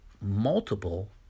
multiple